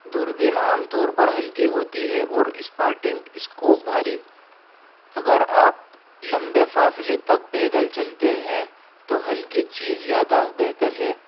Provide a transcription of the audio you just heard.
دوربین عام طور پر ہلکی ہوتی ہے اور اسپارٹنگ اسکوپ بھاری اگر آپ لمبے فاصلے تک پیدل چلتے ہیں تو ہلکی چیز زیادہ بہتر ہے